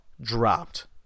dropped